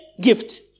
gift